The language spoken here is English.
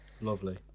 Lovely